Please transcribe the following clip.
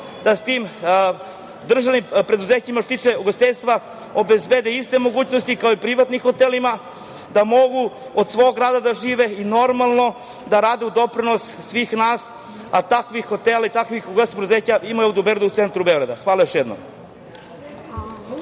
da se državnim preduzećima, što se tiče ugostiteljstva, obezbede iste mogućnosti kao i privatnim hotelima, da mogu od svog rada da žive i normalno da rade i doprinose svima nama, a takvih hotela, takvih ugostiteljskih preduzeća ima u centru Beograda. Hvala još jednom.